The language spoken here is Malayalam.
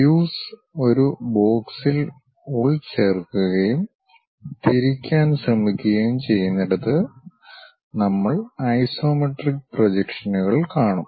വ്യൂസ് ഒരു ബോക്സിൽ ഉൾച്ചേർക്കുകയും തിരിക്കാൻ ശ്രമിക്കുകയും ചെയ്യുന്നിടത്ത് നമ്മൾ ഐസോമെട്രിക് പ്രൊജക്ഷനുകൾ കാണും